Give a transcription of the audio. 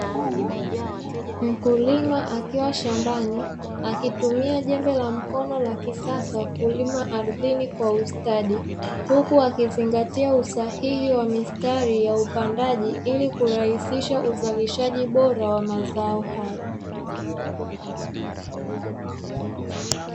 Mkulima akiwa shambani akitumia jembe la mkono la kisasa kulima ardhini kwa ustadi, huku akizingatia usahihi wa mistari ya upandaji ili kurahisisha uzalishaji bora wa mazao hayo.